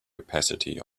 opacity